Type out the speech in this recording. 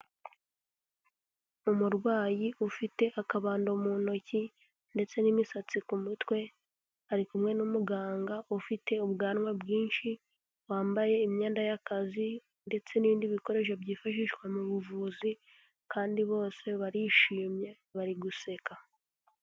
Umurwayi ufite akabando mu ntoki ndetse n'imisatsi ku mutwe, ari kumwe n'umuganga ufite ubwanwa bwinshi wambaye imyenda y'akazi, ndetse n'ibindi bikoresho byifashishwa mu buvuzi, kandi bose barishimye bari guseka.